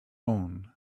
own